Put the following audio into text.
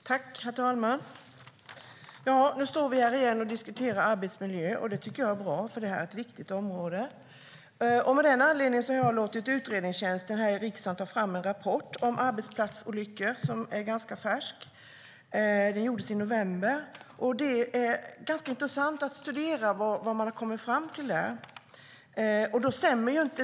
Herr talman! Nu står vi här igen och diskuterar arbetsmiljö. Det tycker jag är bra, för det är ett viktigt område. Av den anledningen har jag låtit utredningstjänsten här i riksdagen ta fram en rapport om arbetsplatsolyckor som är ganska färsk. Den gjordes i november. Det är ganska intressant att studera vad man har kommit fram till där.